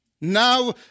Now